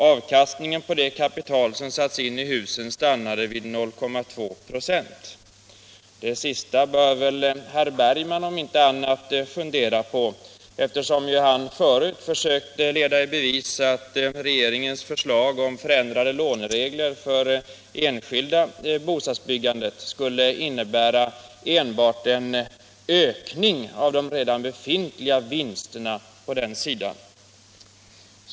Avkastningen på det kapital som sattes in i husen stannade vid 0,2 96.” Det sista, om inte annat, bör väl herr Bergman fundera på, eftersom han nyss försökte leda i bevis att regeringens förslag om förändrade låneregler för det enskilda bostadsbyggandet skulle innebära enbart en ökning av de redan befintliga vinsterna på den sidan.